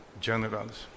generals